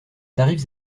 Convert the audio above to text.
tarifs